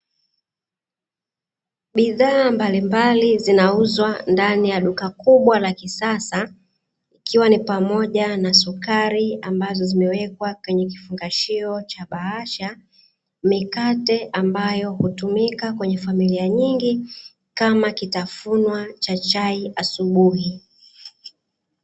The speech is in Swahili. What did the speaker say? Bidhaa mbalimbali zinauzwa ndani ya duka kubwa la kisasa, ikiwa ni pamoja na sukari ambazo zimewekwa kwenye kifungashio cha bahasha, mikate ambayo utumika kwenye familia nyingi, kama kitafunwa cha chai asubuhi.